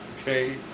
okay